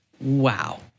Wow